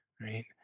Right